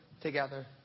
together